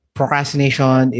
Procrastination